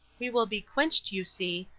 we will be quenched, you see,